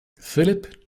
philip